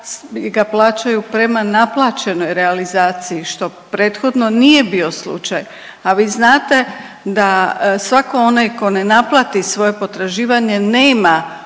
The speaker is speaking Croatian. ga plaćaju prema naplaćenoj realizaciji što prethodno nije bio slučaj, a vi znate da svatko onaj tko ne naplati svoje potraživanje nema